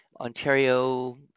Ontario